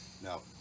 No